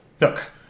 Look